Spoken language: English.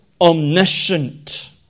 omniscient